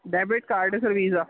debit card ہے sir visa